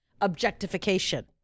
objectification